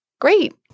great